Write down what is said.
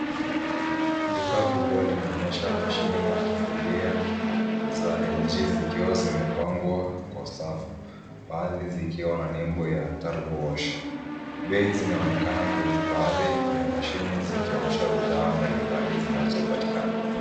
Duka kubwa linaonyesha mashine ya kufulia za LG zikiwa zimepangwa kwa safu baadhi zikiwa na nembo ya turbo wash . Bei zinaonekana kwenye baadhi ya mashine zikionyesha bidhaa mbalimbali zinazopatikana.